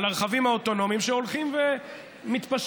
על הרכבים האוטונומיים שהולכים ומתפשטים,